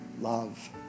love